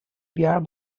বিয়াৰ